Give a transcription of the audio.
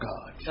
God